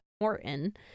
Morton